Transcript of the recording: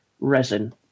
resin